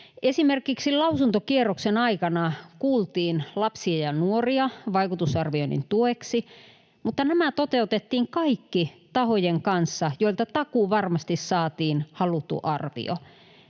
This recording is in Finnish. esimerkiksi lausuntokierroksen aikana kuultiin lapsia ja nuoria vaikutusarvioinnin tueksi, mutta nämä toteutettiin kaikki tahojen kanssa, joilta takuuvarmasti saatiin haluttu arvio.